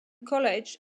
college